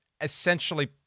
essentially